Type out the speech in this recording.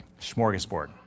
smorgasbord